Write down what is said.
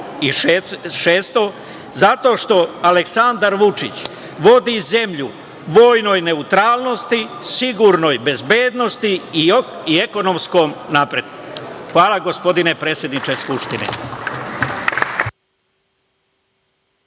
njih. Šesto, zato što Aleksandar Vučić vodi zemlju vojnoj neutralnosti, sigurnoj bezbednosti i ekonomskom napretku. Hvala, gospodine predsedniče Skupštine.